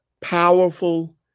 powerful